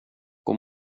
god